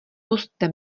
pusťte